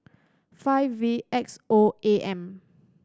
five V X O A M